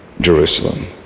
Jerusalem